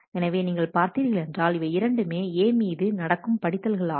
எனவே நீங்கள் பார்த்தீர்கள் என்றால் இவை இரண்டும் A மீது நடக்கும் படித்தல்களாகும்